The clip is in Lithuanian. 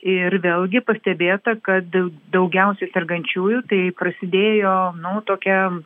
ir vėlgi pastebėta kad daugiausiai sergančiųjų tai prasidėjo nu tokia